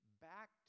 back